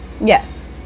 yes